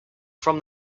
from